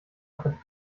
hat